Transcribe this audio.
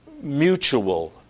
mutual